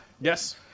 Yes